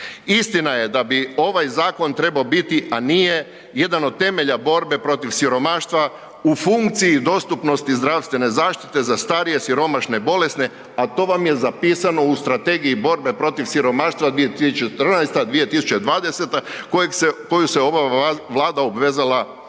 Istina je da bi ovaj zakon trebao biti, a nije jedan od temelja borbe protiv siromaštva u funkciji dostupnosti zdravstvene zaštite za starije, siromašne, bolesne, a to vam je zapisano u Strategiji borbe protiv siromaštva 2014.-2020.koju se ova Vlada obvezala